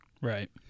right